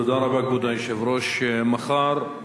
כבוד היושב-ראש, מחר,